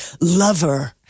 Lover